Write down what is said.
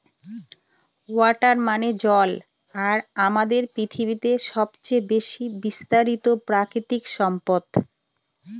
water মানে জল আর আমাদের পৃথিবীতে সবচেয়ে বেশি বিস্তারিত প্রাকৃতিক সম্পদ